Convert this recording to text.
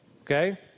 okay